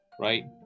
right